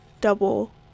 double